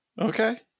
Okay